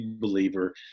believer